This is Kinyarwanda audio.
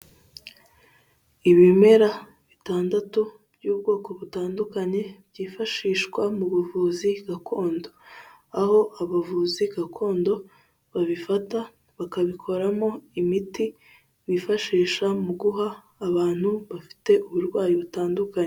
Ibimera bitandatu by'ubwoko butandukanye byifashishwa mu buvuzi gakondo, aho abavuzi gakondo babifata bakabikoramo imiti bifashisha mu guha abantu bafite uburwayi butandukanye.